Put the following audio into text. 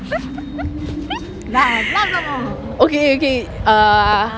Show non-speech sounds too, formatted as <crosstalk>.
<noise> okay okay err